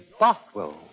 Bothwell